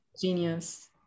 genius